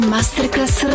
Masterclass